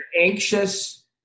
anxious